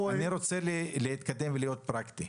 אני רוצה להתקדם ולהיות פרקטי.